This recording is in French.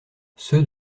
ceux